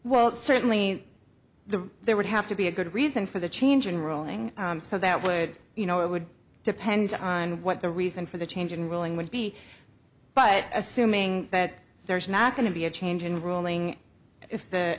well certainly the there would have to be a good reason for the change in ruling so that would you know it would depend on what the reason for the change in ruling would be but assuming that there is not going to be a change in ruling if the